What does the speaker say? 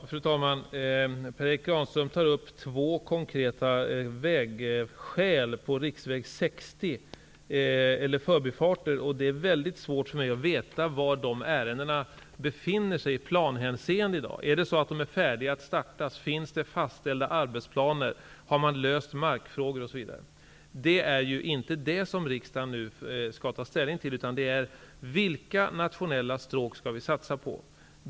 Fru talman! Per Erik Granström tar upp två konkreta förbifarter på riksväg 60. Det är mycket svårt för mig att veta var dessa ärenden befinner sig i planhänseende i dag. Är de färdiga att startas? Finns det fastställda arbetsplaner? Har man löst markfrågor? Det är inte detta som riksdagen nu skall ta ställning till utan det är vilka nationella stråk som vi skall satsa på.